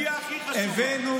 היא הכי חשובה.